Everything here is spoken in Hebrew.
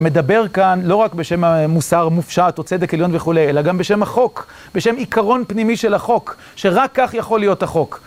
מדבר כאן לא רק בשם מוסר מופשט, או צדק עליון וכולי, אלא גם בשם החוק, בשם עיקרון פנימי של החוק, שרק כך יכול להיות החוק.